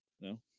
No